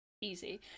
Easy